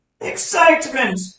excitement